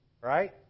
right